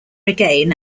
again